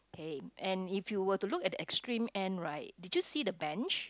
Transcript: okay and if you were to look at the extreme end right did you see the bench